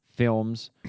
Films